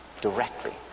directly